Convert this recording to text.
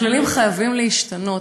הכללים חייבים להשתנות.